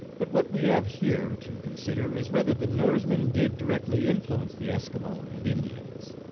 but what we have here to consider is whether the norsemen did directly influence the eskimo and indians.